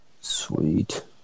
Sweet